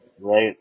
Right